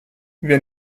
wir